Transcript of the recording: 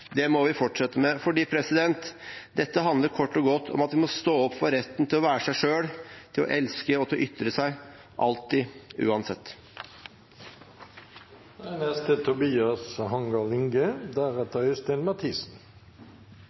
Det må vi fortsette med, for dette handler kort og godt om at vi må stå opp for retten til å være seg selv, til å elske og til å ytre seg – alltid,